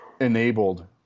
enabled